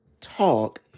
talk